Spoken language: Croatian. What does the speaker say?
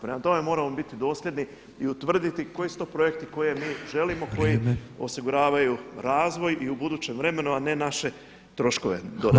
Prema tome, moramo biti dosljedni i utvrditi koji su to projekti koje mi želimo, koji osiguravaju razvoj i u budućem vremenu a ne naše troškove.